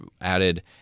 added